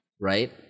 Right